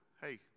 hey